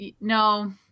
no